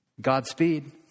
Godspeed